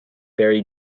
barry